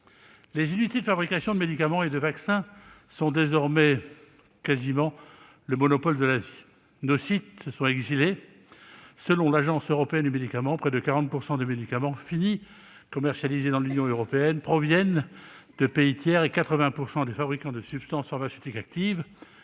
Les unités de fabrication de médicaments et de vaccins sont désormais quasiment le monopole de l'Asie. Nos sites se sont exilés. Selon l'Agence européenne du médicament, « près de 40 % des médicaments finis commercialisés dans l'Union européenne proviennent de pays tiers, et 80 % des fabricants de substances pharmaceutiques actives